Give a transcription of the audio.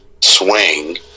swing